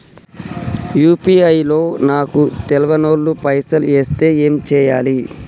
UPI లో నాకు తెల్వనోళ్లు పైసల్ ఎస్తే ఏం చేయాలి?